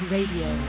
Radio